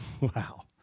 Wow